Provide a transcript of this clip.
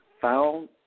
found